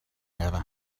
never